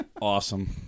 Awesome